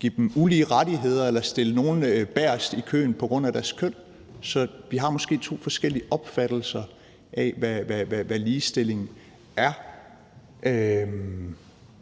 give dem ulige rettigheder eller stille nogle bagest i køen på grund af deres køn. Så vi har måske to forskellige opfattelser af, hvad ligestilling er.